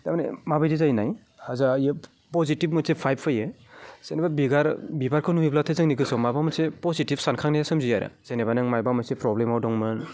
तारमाने माबायदि जायो नाय जायहक पजिटिभ मोनसे भाइभ फैयो जेन'बा बिबारखौ नुयोब्लाथाय जोंनि गोसोआव माबा मोनसे पजिटिभ सानखांनाया सोमजियो आरो जेनेबा नों मायबा मोनसे प्रब्लेमाव दङमोन